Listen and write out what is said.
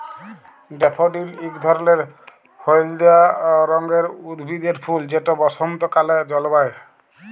daffodil ইক ধরলের হইলদা রঙের উদ্ভিদের ফুল যেট বসল্তকালে জল্মায়